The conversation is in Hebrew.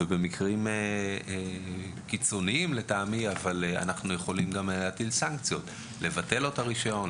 במקרים קיצוניים אנחנו גם יכולים להטיל סנקציות לבטל רישיון,